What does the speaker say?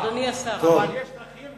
ואז אתה צועק נגד ועדה קרואה.